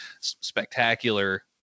spectacular